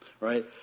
right